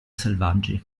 selvaggi